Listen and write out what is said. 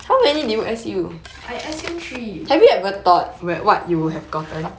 I S_U three